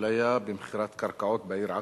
אפליה במכירת קרקעות בעיר עכו,